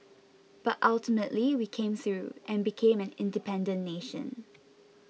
but ultimately we came through and became an independent nation